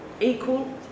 Equal